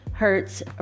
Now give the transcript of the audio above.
Hertz